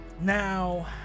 now